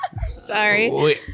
Sorry